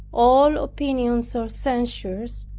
all opinions or censures,